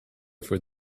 for